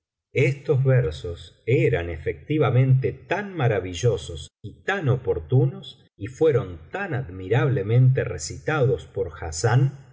estos versos eran efectivamente tan maravillosos y tan oportunos y fueron tan admirablemente recitados por hassán